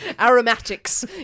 Aromatics